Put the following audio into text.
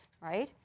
Right